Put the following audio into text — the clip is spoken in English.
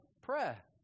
prayer